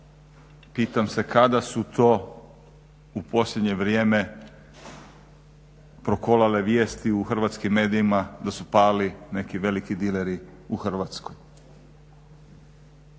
Pitam se kada su to u posljednje vrijeme prokolale vijesti u hrvatskim medijima da su pali neki veliki dileri u Hrvatskoj.